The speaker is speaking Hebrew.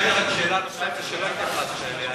אבל הייתה לי שאלה נוספת שלא התייחסת אליה.